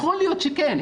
יכול להיות שכן,